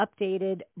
updated